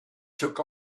took